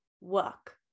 work